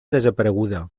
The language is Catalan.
desapareguda